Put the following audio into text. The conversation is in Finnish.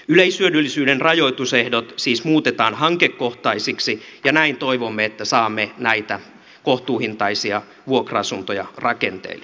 yleishyödyllisyyden rajoitusehdot siis muutetaan hankekohtaisiksi ja näin toivomme että saamme näitä kohtuuhintaisia vuokra asuntoja rakenteille